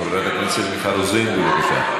חברת הכנסת מיכל רוזין, בבקשה.